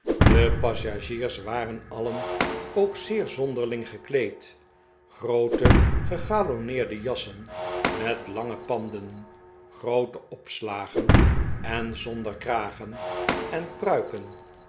de passagiers waren alien ook zeer zonderling gekleed groote gegalonneerde jasen met lange panden groote opslagen en zonder kragen en pruiken